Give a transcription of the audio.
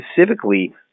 specifically